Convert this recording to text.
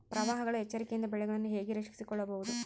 ಪ್ರವಾಹಗಳ ಎಚ್ಚರಿಕೆಯಿಂದ ಬೆಳೆಗಳನ್ನು ಹೇಗೆ ರಕ್ಷಿಸಿಕೊಳ್ಳಬಹುದು?